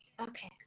okay